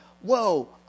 whoa